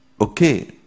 okay